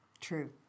True